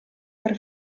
per